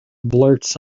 blurt